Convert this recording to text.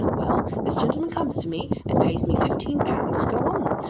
well this gentleman comes to me and pays me fifteen pounds to go on.